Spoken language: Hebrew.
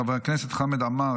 חבר הכנסת חמד עמאר,